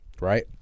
right